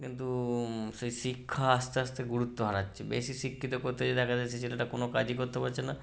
কিন্তু সেই শিক্ষা আস্তে আস্তে গুরুত্ব হারাচ্ছে বেশি শিক্ষিত করতে গিয়ে দেখা যাচ্ছে ছেলেটা কোনো কাজই করতে পারছে না